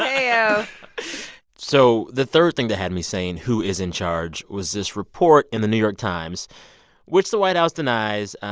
yeah so the third thing that had me saying who is in charge was this report in the new york times which the white house denies.